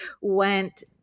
went